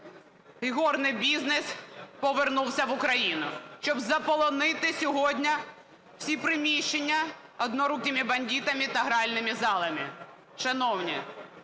ігорний бізнес повернувся в Україну, щоб заполонити сьогодні всі приміщення "однорукими" бандитами та гральними залами.